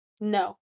No